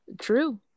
true